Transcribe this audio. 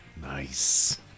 Nice